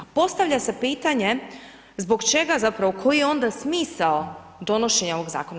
Postavlja se pitanje zbog čega zapravo, koji je onda smisao donošenja ovoga zakona.